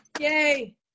Yay